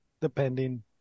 depending